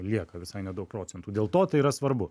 lieka visai nedaug procentų dėl to tai yra svarbu